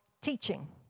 teaching